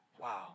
wow